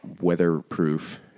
weatherproof